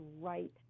right